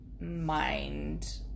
mind